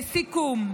לסיכום,